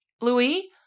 Louis